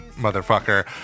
motherfucker